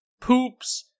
poops